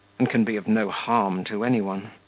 and can be of no harm to any one.